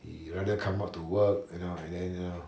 he rather come out to work you know and then you know